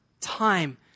time